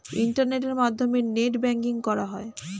ইন্টারনেটের মাধ্যমে net banking করা হয়